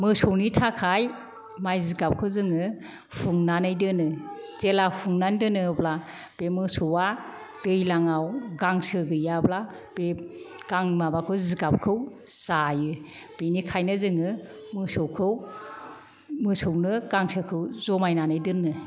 मोसौनि थाखाय माइ जिगाबखौ जोङो हुंनानै दोनो जेला हुंनानै दोनो अब्ला बे मोसौआ दैलांआव गांसो गैयाब्ला बे गां माबाखौ जिगाबखौ जायो बेनिखायनो जोङो मोसौखौ मोसौनो गांसोखौ जमायनानै दोनो